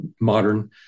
modern